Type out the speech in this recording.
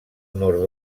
nord